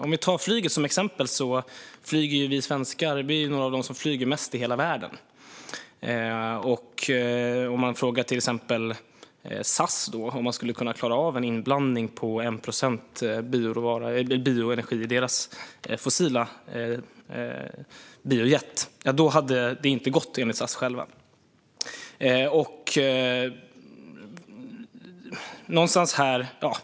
Man kan ta flyget som exempel. Vi svenskar är bland dem som flyger mest hela världen. Om man frågar till exempel SAS om de skulle klara av en inblandning av 1 procent bioenergi i sitt fossila bränsle, det vill säga biojet, svarar de att det inte hade gått.